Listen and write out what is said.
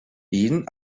jeden